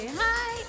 hi